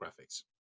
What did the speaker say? graphics